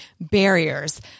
barriers